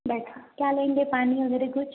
बैठो क्या लेंगे पानी वगैरह कुछ